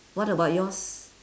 what about yours